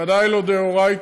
ודאי לא דאורייתא,